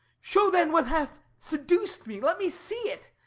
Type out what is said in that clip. show then what hath seduced me let me see it.